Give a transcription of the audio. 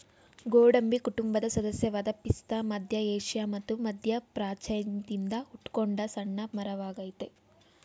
ಗೋಡಂಬಿ ಕುಟುಂಬದ ಸದಸ್ಯವಾದ ಪಿಸ್ತಾ ಮಧ್ಯ ಏಷ್ಯಾ ಮತ್ತು ಮಧ್ಯಪ್ರಾಚ್ಯದಿಂದ ಹುಟ್ಕೊಂಡ ಸಣ್ಣ ಮರವಾಗಯ್ತೆ